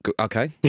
Okay